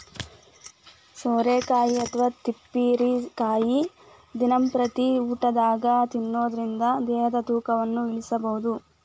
ಸೋರೆಕಾಯಿ ಅಥವಾ ತಿಪ್ಪಿರಿಕಾಯಿ ದಿನಂಪ್ರತಿ ಊಟದಾಗ ತಿನ್ನೋದರಿಂದ ದೇಹದ ತೂಕನು ಇಳಿಸಬಹುದು